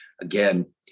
again